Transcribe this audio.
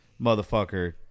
motherfucker